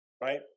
right